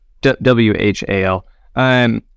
W-H-A-L